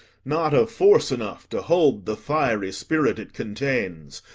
not of force enough to hold the fiery spirit it contains,